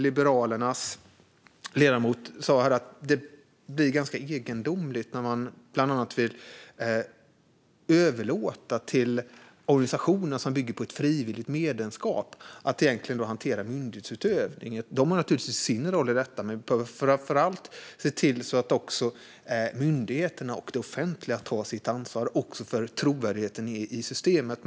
Liberalernas ledamot sa här att det blir ganska egendomligt när man bland annat vill överlåta på organisationer som bygger på ett frivilligt medlemskap att hantera det som egentligen är myndighetsutövning. De har naturligtvis sin roll i detta, men framför allt behöver vi se till att myndigheterna och det offentliga tar sitt ansvar - också för trovärdigheten i systemet.